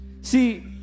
see